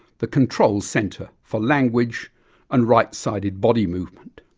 the control centre for language and right sided body movement.